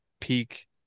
peak